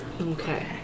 Okay